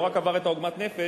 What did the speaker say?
לא רק עבר את עוגמת הנפש,